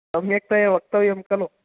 सम्यक्तया वक्तव्यं कलु